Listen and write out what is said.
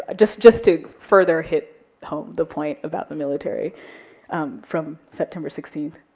ah just just to further hit home the point about the military from september sixteenth.